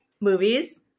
movies